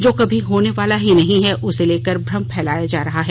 जो कभी होने वाला ही नहीं है उसे लेकर भ्रम फैलाया जा रहा है